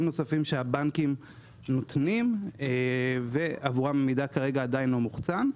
נוספים שהבנקים נותנים ועבורם המידע כרגע עדיין לא מוחצן.